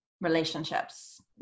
relationships